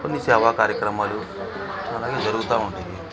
కొన్ని సేవా కార్యక్రమాలు అలాగే జరుగుతూ ఉంటాయి